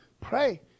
Pray